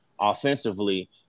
offensively